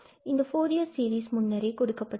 இந்த Fourier series முன்னரே கொடுக்கப்பட்டுள்ளது